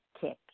kick